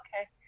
okay